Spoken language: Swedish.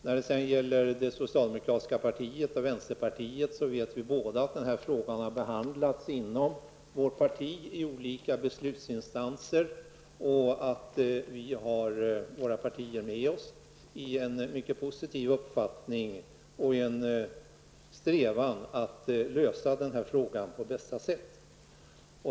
När det sedan gäller socialdemokrater och vänsterpartister vet vi i båda partierna att frågan har behandlats i olika beslutsinstanser och att vi har våra resp. partier med oss och har en mycket positiv uppfattning och en strävan att lösa frågan på bästa sätt.